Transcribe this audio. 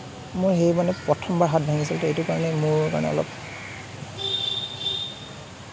মোৰ সেইবাৰ মানে প্ৰথমবাৰ হাত ভাঙিছিল তো এইটোকাৰণে মোৰ মানে অলপ